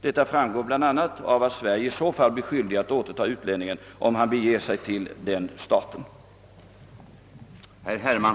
Detta framgår bl.a. av att Sverige i så fall blir skyldigt att återta utlänningen om han beger sig till den staten.